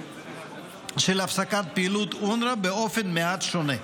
של הפסקת פעילות אונר"א באופן מעט שונה,